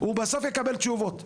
הוא בסוף יקבל תשובות.